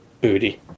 booty